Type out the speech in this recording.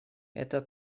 это